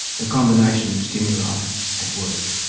the combination of stimuli had worked.